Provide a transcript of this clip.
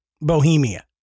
Bohemia